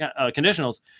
conditionals